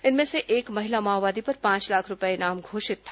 इनमें से एक महिला माओवादी पर पांच लाख रूपए इनाम घोषित था